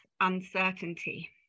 uncertainty